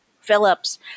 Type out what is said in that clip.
Phillips